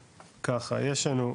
ככה, יש לנו,